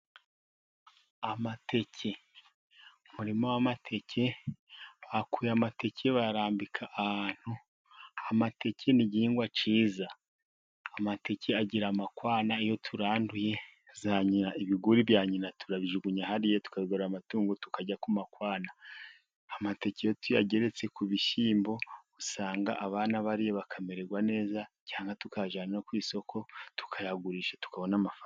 Amateke, umurima w'amateke, bakuye amateke bayarambika ahantu, amateke n'igihingwa cyiza, amateke agira amakwana, iyo turanduye za nyina, ibiguri bya nyina turabijugunya hariya, tukabigaburira amatungo, tukarya ku ma kwana, amateke iyo tuyageretse ku bishyimbo, usanga abana bariye, bakamererwa neza, cyangwa tukayajyana ku isoko, tukayagurisha, tukabona amafaranga.